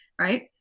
right